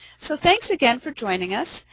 so thanks again for joining us,